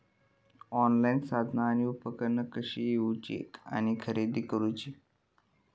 Online साधना आणि उपकरणा कशी ईकूची आणि खरेदी करुची?